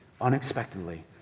unexpectedly